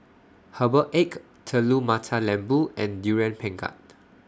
Herbal Egg Telur Mata Lembu and Durian Pengat